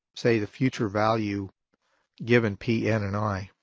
say, the future value given p, n, and i,